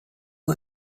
who